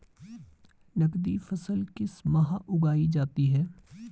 नकदी फसल किस माह उगाई जाती है?